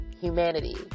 humanity